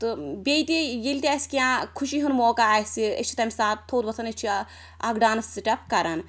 تہٕ بیٚیہِ تہِ ییٚلہِ تہِ اَسہِ کیٚنٛہہ خوشی ہُنٛد موقعہٕ آسہِ أسۍ چھِ تَمہِ ساتہٕ تھوٚد وۄتھان أسۍ چھِ اکھ ڈانٕس سٕٹٮ۪پ کران